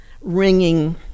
ringing